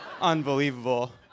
Unbelievable